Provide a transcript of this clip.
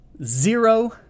Zero